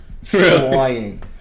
Flying